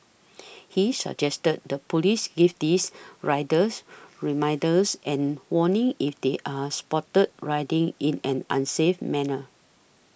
he suggested the police give these riders reminders and warnings if they are spotted riding in an unsafe manner